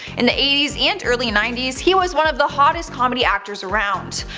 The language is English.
in the eighty s and early ninety s, he was one of the hottest comedy actors around.